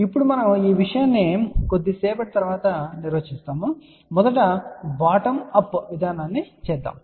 ఇప్పుడు మనము ఈ విషయాన్ని కొద్దిసేపటి తరువాత నిర్వచిస్తాము కాని మొదట ఈ బాటమ్ అప్ విధానాన్ని చేద్దాం